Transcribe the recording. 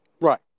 Right